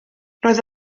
roedd